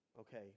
Okay